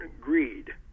greed